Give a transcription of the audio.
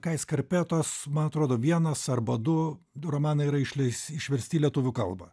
kais karpetos man atrodo vienas arba du du romanai yra išleis išversti į lietuvių kalbą